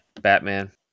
Batman